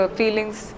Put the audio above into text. feelings